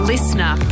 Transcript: Listener